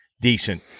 decent